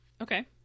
Okay